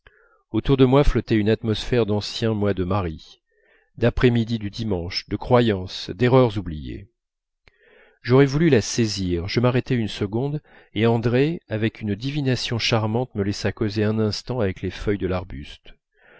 autour de moi flottait une atmosphère d'anciens mois de marie d'après-midi du dimanche de croyances d'erreurs oubliées j'aurais voulu la saisir je m'arrêtai une seconde et andrée avec une divination charmante me laissa causer un instant avec les feuilles de l'arbuste